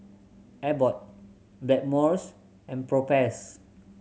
Abbott Blackmores and Propass